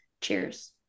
Cheers